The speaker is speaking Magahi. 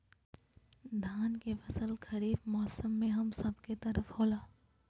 धान के फसल खरीफ मौसम में हम सब के तरफ होला